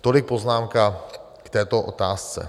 Tolik poznámka k této otázce.